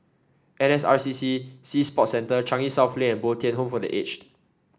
N S R C C Sea Sports Centre Changi South Lane and Bo Tien Home for The Aged